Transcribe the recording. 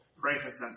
frankincense